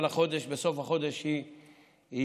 אבל בסוף החודש היא פורשת.